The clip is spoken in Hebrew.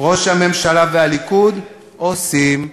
ראש הממשלה והליכוד עושים.